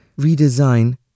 redesign